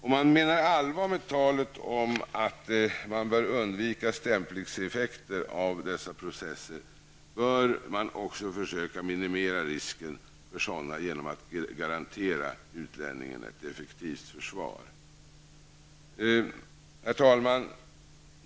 Om man menar allvar med talet om att man bör undvika stämplingseffekter av dessa processer, bör man också försöka minimera risken för sådana genom att garantera utlänningen ett effektivt försvar. Herr talman!